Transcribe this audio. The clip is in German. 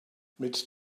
mit